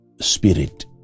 spirit